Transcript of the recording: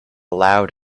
loud